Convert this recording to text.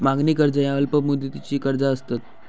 मागणी कर्ज ह्या अल्प मुदतीची कर्जा असतत